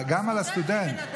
בן אדם,